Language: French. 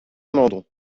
mandon